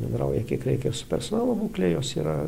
bendrauja kiek reikia su personalu būklė jos yra